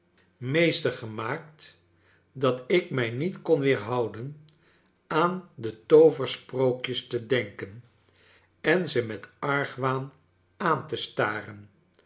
meester gemaakt dat ik m niet kon weerhouden aan de tooversprookjes te denken en ze met argwaan aan te staren